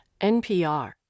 NPR